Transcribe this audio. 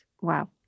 wow